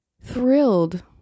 thrilled